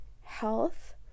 health